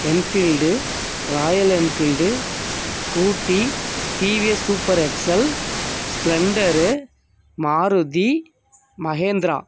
Enfield Royal Enfield Scooty TVS Super XL Splendor Maruti Mahindra